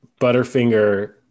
Butterfinger